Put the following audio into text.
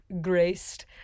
graced